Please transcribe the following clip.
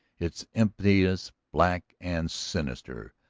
its emptiness, black and sinister,